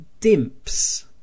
dimps